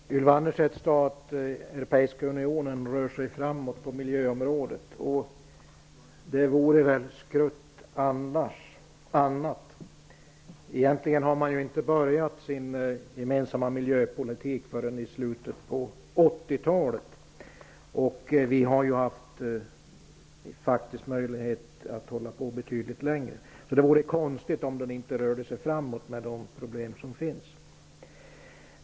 Herr talman! Ylva Annerstedt sade att Europeiska unionen rör sig framåt på miljöområdet. Det vore väl skrutt annars. Egentligen påbörjade man inte sin gemensamma miljöpolitik förrän i slutet på 80 talet. Men det har faktiskt funnits möjlighet att börja betydligt tidigare, så det vore konstigt om man inte rörde sig framåt med de problem som finns.